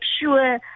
sure